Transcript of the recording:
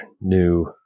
new